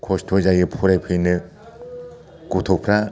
खस्थ' जायो फरायफैनो गथ'फ्रा